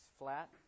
flat